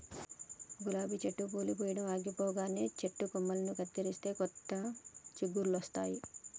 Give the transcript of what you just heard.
గులాబీ చెట్టు పూలు పూయడం ఆగిపోగానే చెట్టు కొమ్మలు కత్తిరిస్తే కొత్త చిగురులొస్తాయి